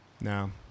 no